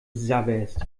sabberst